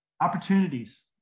Opportunities